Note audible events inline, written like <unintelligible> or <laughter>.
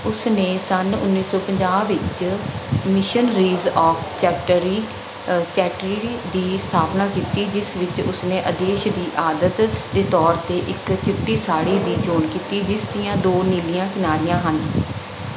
ਉਸ ਨੇ ਸੰਨ ਉਨੀ ਸੌ ਪੰਜਾਹ ਵਿੱਚ ਮਿਸ਼ਨਰੀਜ਼ ਆਫ਼ <unintelligible> ਚੈਰਿਟੀ ਦੀ ਸਥਾਪਨਾ ਕੀਤੀ ਜਿਸ ਵਿੱਚ ਉਸ ਨੇ ਆਦੇਸ਼ ਦੀ ਆਦਤ ਦੇ ਤੌਰ 'ਤੇ ਇੱਕ ਚਿੱਟੀ ਸਾੜੀ ਦੀ ਚੋਣ ਕੀਤੀ ਜਿਸ ਦੀਆਂ ਦੋ ਨੀਲੀਆਂ ਕਿਨਾਰਿਆਂ ਹਨ